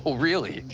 really.